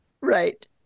Right